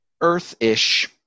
Earth-ish